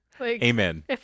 Amen